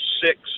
six